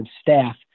staff